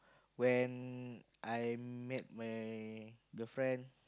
when I met my girlfriend